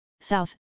South